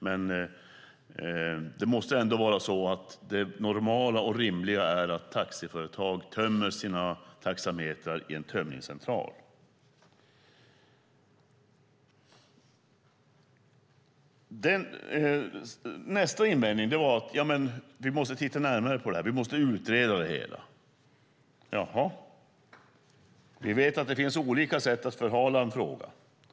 Men det normala och rimliga måste vara att taxiföretag tömmer sina taxametrar i en tömningscentral. Nästa invändning var att man måste utreda frågan. Jaha. Vi vet alla att det finns olika sätt att förhala en fråga.